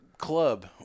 Club